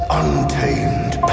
untamed